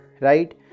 right